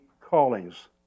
callings